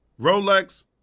Rolex